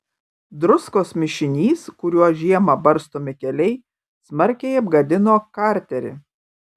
druskos mišinys kuriuo žiemą barstomi keliai smarkiai apgadino karterį